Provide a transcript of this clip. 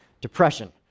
depression